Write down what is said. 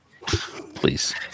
Please